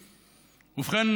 ובכן,